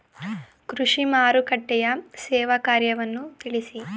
ಕೃಷಿ ಮಾರುಕಟ್ಟೆಯ ಸೇವಾ ಕಾರ್ಯವನ್ನು ತಿಳಿಸಿ?